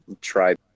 try